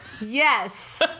yes